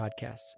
podcasts